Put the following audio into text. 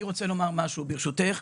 אני רוצה לומר משהו, ברשותך.